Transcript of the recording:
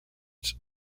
its